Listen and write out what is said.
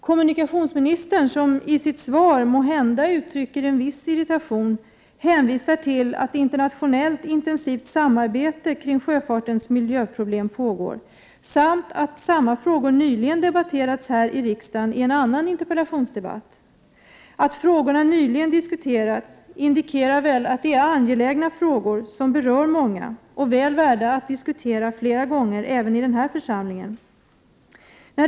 Kommunikationsministern, som i sitt svar måhända uttrycker en viss irritation, hänvisar till att internationellt intensivt samarbete kring sjöfartens miljöproblem pågår samt att dessa frågor nyligen diskuterats här i riksdagen i en annan interpellationsdebatt. Att frågorna nyligen diskuterades indikerar väl att det är angelägna frågor som berör många och som är väl värda att diskuteras flera gånger även i denna församling.